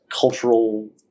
cultural